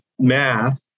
math